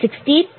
यह 83 है